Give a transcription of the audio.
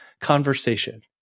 conversation